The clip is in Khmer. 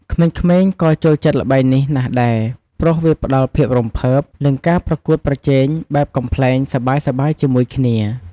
ក្មេងៗក៏ចូលចិត្តល្បែងនេះណាស់ដែរ ព្រោះវាផ្តល់ភាពរំភើប និងការប្រកួតប្រជែងបែបកំប្លែងសប្បាយៗជាមួយគ្នា។